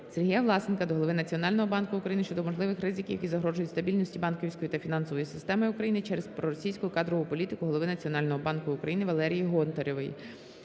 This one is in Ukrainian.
Сергія Ввласенка до голови Національного банку України щодо можливих ризиків, які загрожують стабільності банківської та фінансової системи України, через проросійську кадрову політику Голови Національного банку України Валерії Гонтаревої.